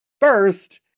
First